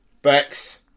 Bex